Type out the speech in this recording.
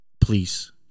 Please